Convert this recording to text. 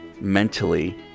mentally